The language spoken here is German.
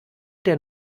der